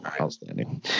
outstanding